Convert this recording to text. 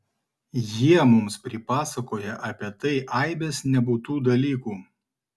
jie mums pripasakoja apie tai aibes nebūtų dalykų